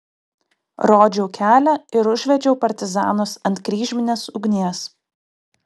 rodžiau kelią ir užvedžiau partizanus ant kryžminės ugnies